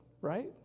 Right